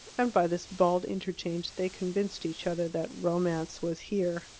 and by this bald interchange they convinced each other that romance was here.